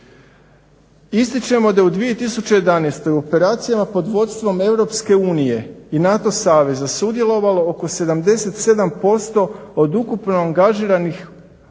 Ističemo da je u 2011. u operacijama pod vodstvom EU i NATO saveza sudjelovalo oko 77% od ukupno angažiranih